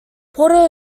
porto